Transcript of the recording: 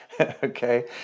Okay